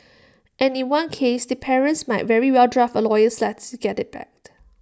and in one case the parents might very well draft A lawyers let's get IT back